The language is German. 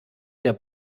der